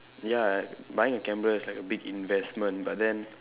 ya buying a camera is like a big investment but then